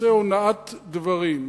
עושה הונאת דברים,